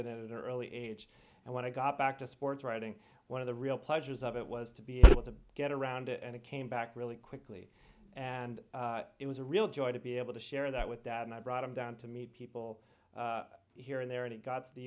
in an early age and when i got back to sports writing one of the real pleasures of it was to be able to get around it and it came back really quickly and it was a real joy to be able to share that with that and i brought him down to meet people here and there and it got t